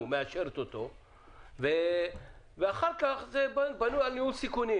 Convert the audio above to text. מאשרת אותו ואחר-כך זה בנוי על ניהול סיכונים.